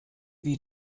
wie